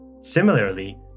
Similarly